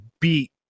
beat